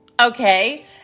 Okay